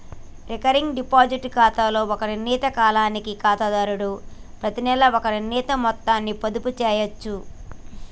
recurring deposit ఖాతాలో ఒక నిర్ణీత కాలానికి ఖాతాదారుడు ప్రతినెలా ఒక నిర్ణీత మొత్తాన్ని పొదుపు చేయచ్చు